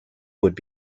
would